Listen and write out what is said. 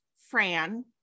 Fran